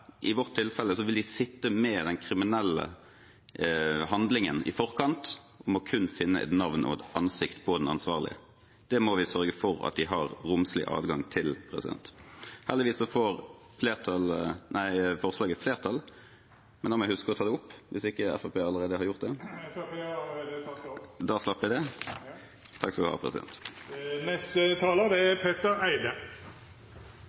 I vårt tilfelle vil de sitte med den kriminelle handlingen i forkant, og må kun finne et navn og et ansikt på den ansvarlige. Det må vi sørge for at de har romslig adgang til. Heldigvis får forslaget flertall. Denne saken reiser noen veldig alvorlige dilemmaer, såpass alvorlige at vi hadde veldig lange og krevende diskusjoner i vår gruppe for å lande saken. På den ene siden er alle sammen enige om at politiet skal ha